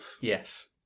Yes